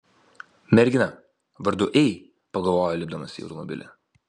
mergina vardu ei pagalvojo lipdamas į automobilį